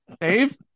Dave